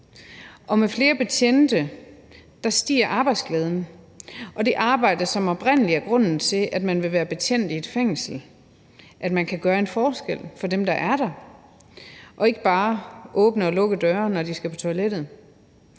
og med flere betjente stiger arbejdsglæden ved det arbejde, som oprindelig er grunden til, at man vil være betjent i et fængsel, altså at man kan gøre en forskel for dem, der er der, og ikke bare åbne og lukke døre, når de skal på toilettet.